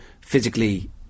physically